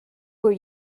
were